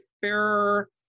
fairer